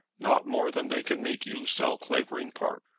not more than they can make you sell clavering park.